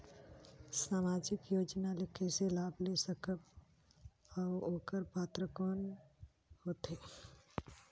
समाजिक योजना ले कइसे लाभ ले सकत बो और ओकर पात्र कोन कोन हो थे?